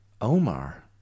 Omar